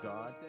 God